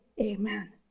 amen